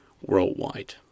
worldwide